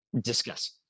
Discuss